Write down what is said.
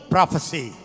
Prophecy